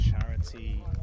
charity